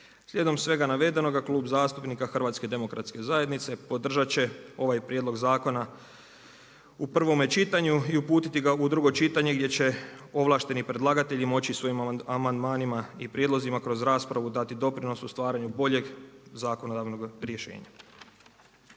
Slijedom svega navedenoga Klub zastupnika HDZ-a podržat će ovaj prijedlog zakona u prvome čitanju i uputiti ga u drugo čitanje gdje će ovlašteni predlagatelj moći svojim amandmanima i prijedlozima kroz raspravu dati doprinos u stvaranju boljeg zakonodavnog rješenja.